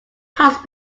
passed